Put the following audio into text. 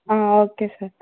okay sir